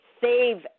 save